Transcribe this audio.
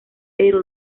pero